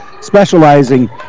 specializing